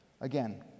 Again